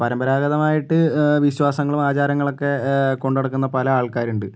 പരമ്പരാഗതമായിട്ട് വിശ്വാസങ്ങളും ആചാരങ്ങളൊക്കെ കൊണ്ട് നടക്കുന്ന പല ആൾക്കാരുണ്ട്